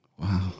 Wow